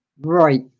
Right